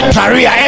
career